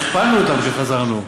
הכפלנו אותם כשחזרנו,